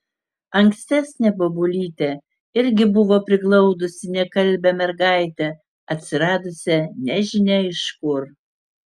ankstesnė bobulytė irgi buvo priglaudusi nekalbią mergaitę atsiradusią nežinia iš kur